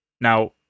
now